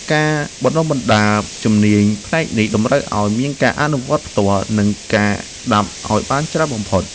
ការបណ្ដុះបណ្ដាលជំនាញផ្នែកនេះតម្រូវឱ្យមានការអនុវត្តផ្ទាល់ និង ការស្ដាប់ឱ្យបានច្រើនបំផុត។